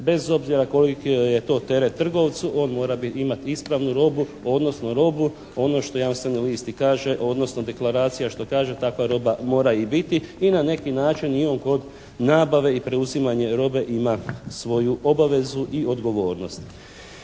bez obzira koliki je to teret trgovcu on mora imati ispravnu robu, odnosno robu ono što jamstveni list i kaže, odnosno deklaracija što kaže takva roba mora i biti. I na neki način i on kod nabave i preuzimanja robe ima svoju obavezu i odgovornost.